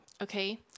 Okay